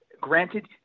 Granted